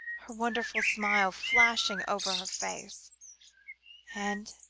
her wonderful smile flashing over her face and